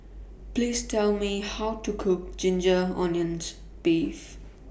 Please Tell Me How to Cook Ginger Onions Beef